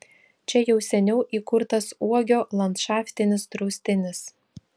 čia jau seniau įkurtas uogio landšaftinis draustinis